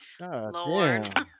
Lord